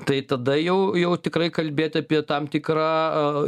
tai tada jau jau tikrai kalbėt apie tam tikra